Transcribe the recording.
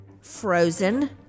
frozen